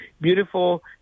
beautiful